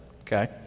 okay